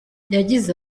yagize